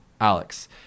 alex